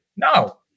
No